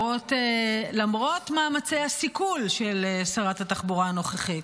למרות מאמצי הסיכול של שרת התחבורה הנוכחית.